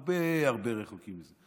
הרבה הרבה רחוקים מזה,